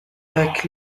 like